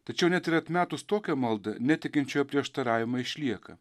tačiau net ir atmetus tokią maldą netikinčiojo prieštaravimai išlieka